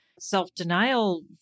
self-denial